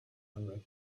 arab